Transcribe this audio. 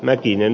mäkinen